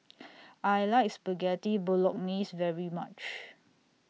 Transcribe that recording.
I like Spaghetti Bolognese very much